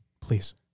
please